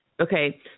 Okay